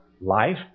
life